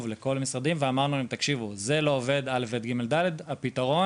כנראה שתקבל אותו לעוד שבועיים או שקיבלת את הפטור.